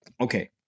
Okay